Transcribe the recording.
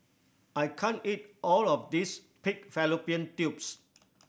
I can't eat all of this pig fallopian tubes